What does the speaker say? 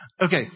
Okay